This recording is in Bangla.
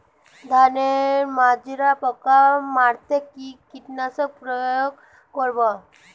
ধানের মাজরা পোকা মারতে কি কীটনাশক প্রয়োগ করব?